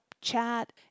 chat